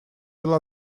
will